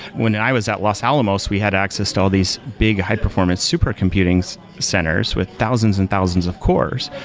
when and i was at los alamos, we had access to all these big high-performance supercomputing centers with thousands and thousands of cores,